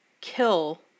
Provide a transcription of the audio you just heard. kill